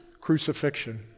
crucifixion